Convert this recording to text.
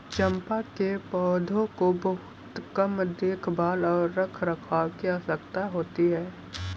चम्पा के पौधों को बहुत कम देखभाल और रखरखाव की आवश्यकता होती है